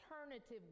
alternative